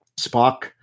Spock